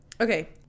Okay